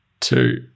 Two